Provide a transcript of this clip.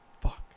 Fuck